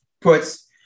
puts